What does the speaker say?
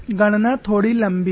गणना थोड़ी लंबी है